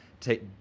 take